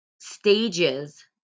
stages